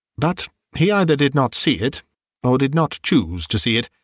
but he either did not see it or did not choose to see it,